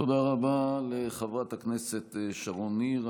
תודה רבה לחברת הכנסת שרון ניר.